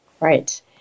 Right